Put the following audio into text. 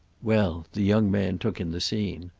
well, the young man took in the scene.